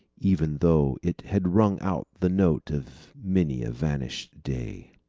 even though it had rung out the note of many a vanished day.